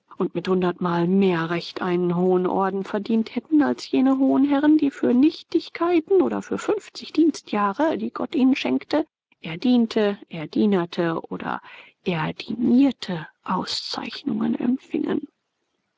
und mit hundertmal mehr recht einen hohen orden verdient hätten als jene hohen herren die für nichtigkeiten oder für fünfzig dienstjahre die gott ihnen schenkte erdiente erdienerte oder erdinierte auszeichnungen empfingen